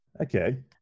Okay